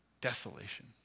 desolation